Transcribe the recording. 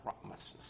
promises